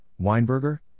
Weinberger